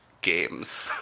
games